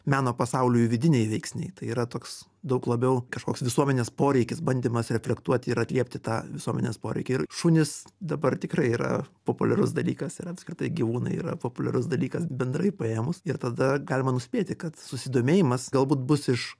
meno pasauliui vidiniai veiksniai tai yra toks daug labiau kažkoks visuomenės poreikis bandymas reflektuoti ir atliepti tą visuomenės poreikį ir šunys dabar tikrai yra populiarus dalykas ir apskritai gyvūnai yra populiarus dalykas bendrai paėmus ir tada galima nuspėti kad susidomėjimas galbūt bus iš